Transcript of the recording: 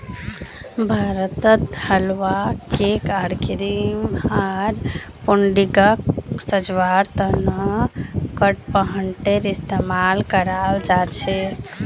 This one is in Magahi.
भारतत हलवा, केक आर क्रीम आर पुडिंगक सजव्वार त न कडपहनटेर इस्तमाल कराल जा छेक